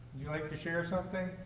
you like to share so